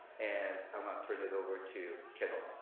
and um um pregnant over to kendall.